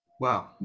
Wow